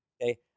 okay